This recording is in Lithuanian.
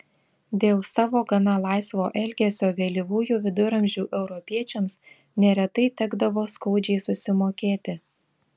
dėl savo gana laisvo elgesio vėlyvųjų viduramžių europiečiams neretai tekdavo skaudžiai susimokėti